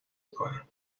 میکنن